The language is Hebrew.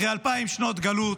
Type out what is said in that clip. אחרי אלפיים שנות גלות,